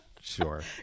Sure